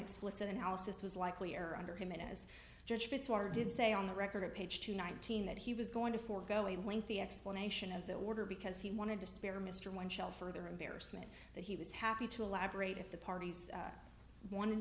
explicit analysis was likelier under him and as judge fitzwater did say on the record at page two nineteen that he was going to forego a lengthy explanation of the order because he wanted to spare mr one shell further embarrassment that he was happy to elaborate if the parties wanted